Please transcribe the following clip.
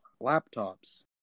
laptops